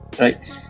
Right